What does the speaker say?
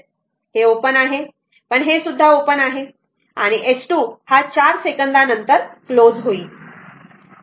हे ओपन आहे बरोबर पण हे सुद्धा ओपन आहे S 2 हा 4 सेकंदानंतर क्लोज होईल